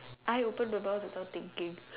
eye open but I am not thinking